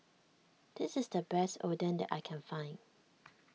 this is the best Oden that I can find